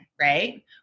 right